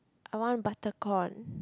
I want butter corn